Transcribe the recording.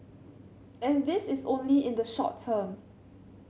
and this is only in the short term